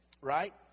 Right